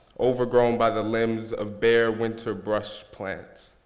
overgrown by the limbs of bare winter brush plants.